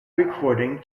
recording